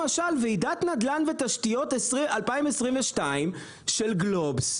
למשל: ועידת נדל"ן ותשתיות 2022 של "גלובס",